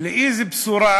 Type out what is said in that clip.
איזו בשורה,